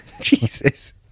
Jesus